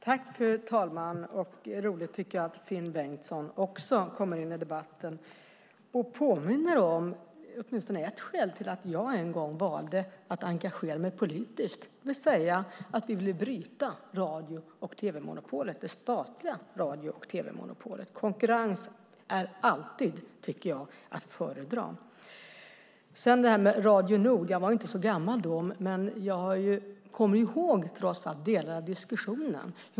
Fru talman! Jag tycker att det är roligt att Finn Bengtsson också kommer in i debatten och påminner om ett skäl till att jag en gång valde att engagera mig politiskt, det vill säga att vi ville bryta det statliga radio och tv-monopolet. Jag tycker att konkurrens alltid är att föredra. Jag var inte så gammal när Radio Nord sände, men jag kommer trots allt ihåg delar av diskussionen.